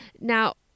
now